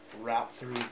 wrap-through